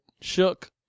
shook